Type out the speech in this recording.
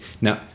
Now